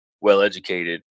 well-educated